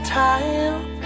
time